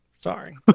Sorry